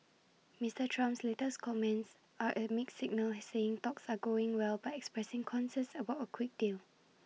Mister Trump's latest comments are A mixed signal saying talks are going well but expressing concern about A quick deal